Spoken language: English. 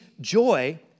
joy